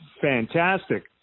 fantastic